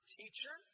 teacher